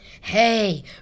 Hey